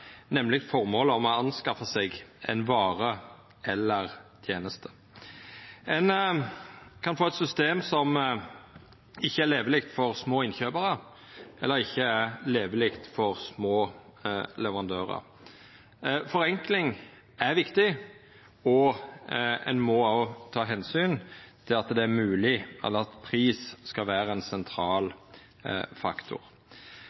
nemleg føremålet med å skaffa seg ein vare eller ei teneste. Ein kan få eit system som ikkje er leveleg for små innkjøparar, eller som ikkje er leveleg for små leverandørar. Forenkling er viktig, og ein må òg ta omsyn til at pris skal vera ein sentral faktor. Eg meiner òg det er viktig at